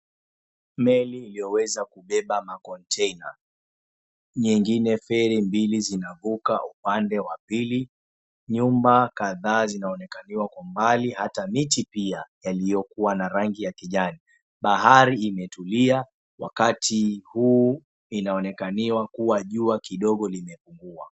Meli iliyoweza kubeba makontaina, nyingine feri mbili zinavuka upande wa pili. Nyumba kadhaa zinaonekaniwa kwa umbali, hata miti pia yaliyokua na rangi ya kijani. Bahari imetulia wakati huu inaonekaniwa kuwa jua kidogo limepungua.